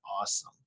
awesome